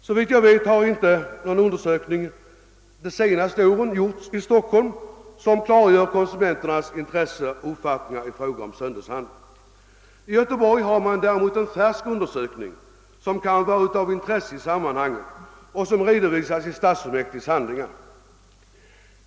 Såvitt jag vet har det under de senaste åren inte gjorts någon undersökning i Stockholm som klargör konsumenternas intressen och uppfattningar i fråga om söndagshandeln. I Göteborg har man däremot nyligen företagit en undersökning som redovisas i stadsfullmäktiges handlingar och som kan vara av intresse i sammanhanget.